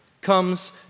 comes